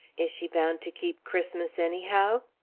is she bound to keep christmas anyhow?